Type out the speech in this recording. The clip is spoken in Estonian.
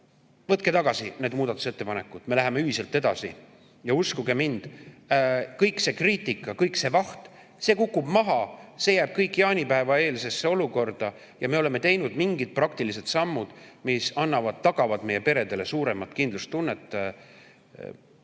Võtke tagasi need muudatusettepanekud, me läheme ühiselt edasi. Ja uskuge mind, kõik see kriitika, kõik see vaht, see kukub maha, see jääb kõik jaanipäevaeelsesse olukorda ja me oleme teinud mingid praktilised sammud, mis tagavad meie peredele suuremat kindlustunnet,